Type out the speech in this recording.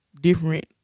different